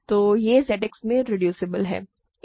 तो यह Z X में रिड्यूसिबल है